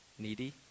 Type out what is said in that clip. Needy